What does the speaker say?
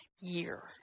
year